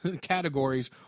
categories